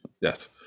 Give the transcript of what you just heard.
yes